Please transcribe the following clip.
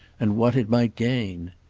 and what it might gain!